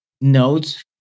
notes